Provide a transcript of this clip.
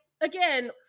again